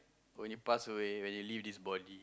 why you pass away when you leave this body